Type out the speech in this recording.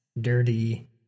dirty